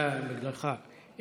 בגללך.